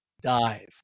dive